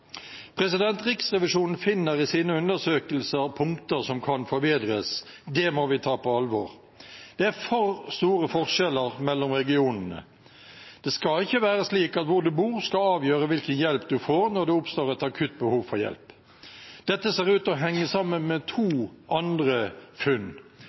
arbeidet. Riksrevisjonen finner i sine undersøkelser punkter som kan forbedres. Det må vi ta på alvor. Det er for store forskjeller mellom regionene. Det skal ikke være slik at hvor du bor, skal avgjøre hvilken hjelp du får når det oppstår et akutt behov for hjelp. Dette ser ut til å henge sammen med to andre funn.